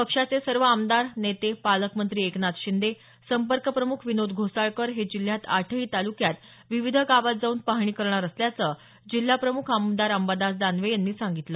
पक्षाचे सर्व आमदार नेते पालकमंत्री एकनाथ शिंदे संपर्कप्रमुख विनोद घोसाळकर हे जिल्ह्यात आठही तालुक्यातल्या विविध गावात जाऊन पाहणी करणार असल्याचं जिल्हाप्रमुख आमदार अंबादास दानवे यांनी सांगितलं